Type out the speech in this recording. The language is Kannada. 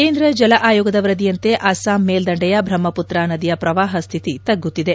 ಕೇಂದ್ರ ಜಲ ಆಯೋಗದ ವರದಿಯಂತೆ ಅಸ್ಟಾಂ ಮೇಲ್ದಂಡೆಯ ಬ್ರಹ್ಮಪುತ್ರಾ ನದಿಯ ಪ್ರವಾಹ ಸ್ಥಿತಿ ತಗ್ಗುತ್ತಿದೆ